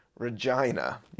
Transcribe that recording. Regina